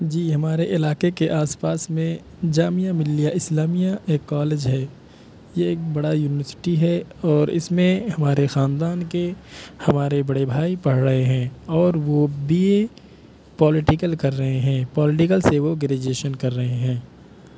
جی ہمارے علاقے کے آس پاس میں جامعہ ملیہ اسلامیہ ایک کالج ہے یہ ایک بڑا یونیورسٹی ہے اور اس میں ہمارے خاندان کے ہمارے بڑے بھائی پڑھ رہے ہیں اور اور وہ بی اے پولیٹکل کر رہے ہیں پولیٹکل سے وہ گریجویشن کر رہے ہیں